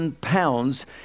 pounds